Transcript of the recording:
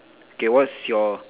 okay what's your